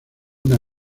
una